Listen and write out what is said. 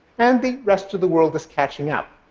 and the rest of the world is catching up.